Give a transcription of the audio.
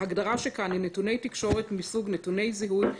ההגדרה כאן היא נתוני תקשורת מסוג נתוני זיהוי,